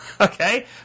Okay